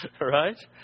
right